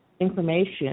information